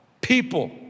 people